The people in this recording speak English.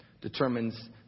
determines